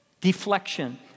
deflection